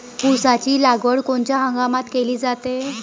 ऊसाची लागवड कोनच्या हंगामात केली जाते?